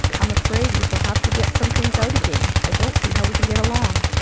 i'm afraid we shall have to get some things out again i don't see how we can get along.